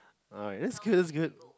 alright that's good that's good